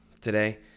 today